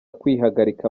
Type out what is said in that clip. kwihagarika